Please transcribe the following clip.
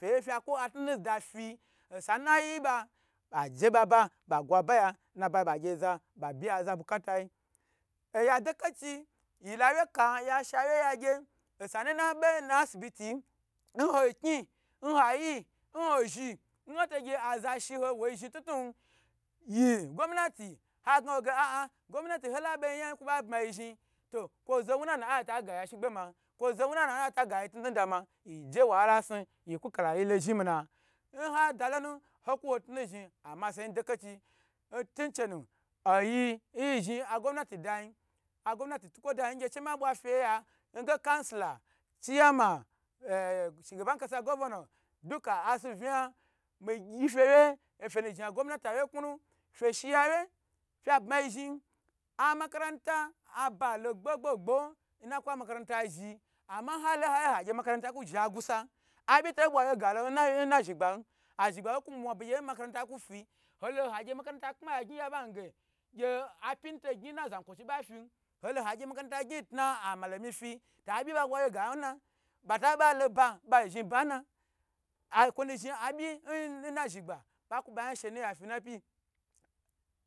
Fe yu fya ku tnu tnu da fi asana yi ba aje baba ba gwa ba ya nabayi ba biya naza ba kafayi oya dekechi yila wye ka ya shawye ya gye asamu na be na asibitiyi nho kni nhayi nho zhi nhoto gye azashiho woyi zhni tnu tnu n yi gomnati ha gna wo ge aa gomnati hola be yi yan yi kwo ba bmayi zhn to kwo za wunana ata gayi shigbe ma, kwo zo wunana ata ga yi atnutan da ma ye je wahala si yi kukala yilo zhi mina nha dalmu hoku ho tnu tnu zhni amaseyi dekachi ntunchenu oyi nyi zhni gomanti dayin a gomnati tukwo da ngye shi ma bwa feyi can silar, chiaima, shigaban kasa, govono duka asu vna gan migyi fa wyo ofenu zha gomnati awya kunu fa sheya wye fye bmayi zhni a makaranta aba la gbo gbo gbo nnkwa makaranta zhni ama ha ho ha yiyi agye amakarimta ku zhi agusa abyi to bwa wye ga lona zhi gban azhigba ku mwabe ge nna makaranta ku fi halo hagye makaranta kpa ya zhn nge apmi nu to gyn nna zayikwochi ba fini ho hohagyo makaranta gyn ntna amalomi fi to abyi ba bwe wpe gana bata balo ba ba zhni bana akwo nu zhni aby nna zhi gba ba ku bayan shenuya fi na pyi